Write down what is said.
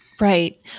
Right